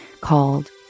called